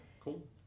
Cool